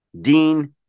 Dean